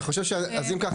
אני חושב שאם כך,